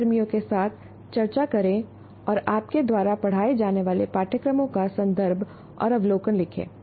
सहकर्मियों के साथ चर्चा करें और आपके द्वारा पढ़ाए जाने वाले पाठ्यक्रमों का संदर्भ और अवलोकन लिखें